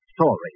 story